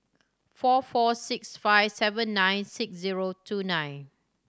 four four six five seven nine six zero two nine